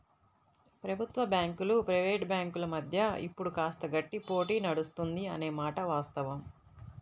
ప్రభుత్వ బ్యాంకులు ప్రైవేట్ బ్యాంకుల మధ్య ఇప్పుడు కాస్త గట్టి పోటీ నడుస్తుంది అనే మాట వాస్తవం